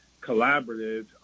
collaborative